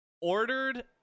ordered